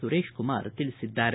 ಸುರೇಶ್ ಕುಮಾರ್ ತಿಳಿಸಿದ್ದಾರೆ